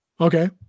Okay